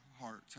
heart